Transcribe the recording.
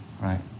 right